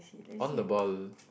on the ball